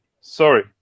Sorry